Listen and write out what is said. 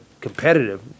competitive